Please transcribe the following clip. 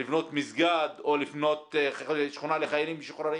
לבנות מסגד או לבנות שכונה לחיילים משוחררים.